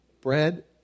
bread